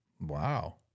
wow